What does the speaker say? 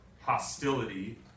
hostility